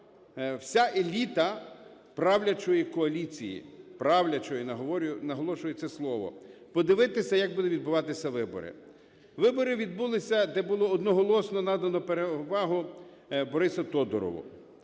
вся еліта правлячої коаліції, правлячої, наголошую це слово, подивитися, як будуть відбуватися вибори. Вибори відбулися, де було одноголосно надано перевагу Борису Тодурову.